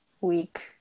week